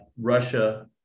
Russia